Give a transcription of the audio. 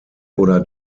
oder